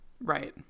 Right